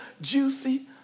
juicy